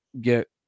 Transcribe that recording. get